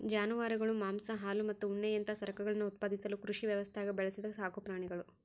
ಜಾನುವಾರುಗಳು ಮಾಂಸ ಹಾಲು ಮತ್ತು ಉಣ್ಣೆಯಂತಹ ಸರಕುಗಳನ್ನು ಉತ್ಪಾದಿಸಲು ಕೃಷಿ ವ್ಯವಸ್ಥ್ಯಾಗ ಬೆಳೆಸಿದ ಸಾಕುಪ್ರಾಣಿಗುಳು